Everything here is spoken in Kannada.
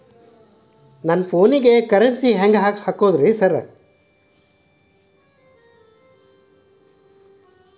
ನನ್ ಫೋನಿಗೆ ಕರೆನ್ಸಿ ಹೆಂಗ್ ಸಾರ್ ಹಾಕೋದ್?